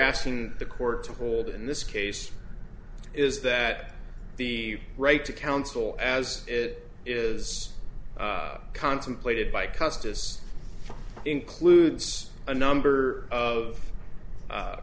asking the court to hold in this case is that the right to counsel as it is contemplated by custis includes a number of